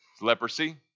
leprosy